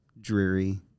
dreary